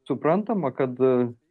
suprantama kad